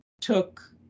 took